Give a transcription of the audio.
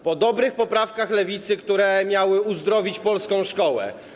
Po dobrych poprawkach Lewicy, które miały uzdrowić polską szkołę.